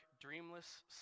dreamless